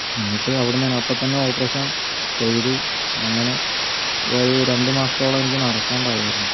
എന്നിട്ട് അവിടെ നിന്നുതന്നെ അപ്പോൾ തന്നെ ഓപ്പറേഷൻ ചെയ്തു അങ്ങനെ ഒരു രണ്ടു മാസത്തോളം എനിക്ക് നടക്കാണ്ട് ആയായിരുന്നു